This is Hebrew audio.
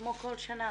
כמו כל שנה,